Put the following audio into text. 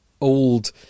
old